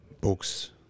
books